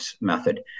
method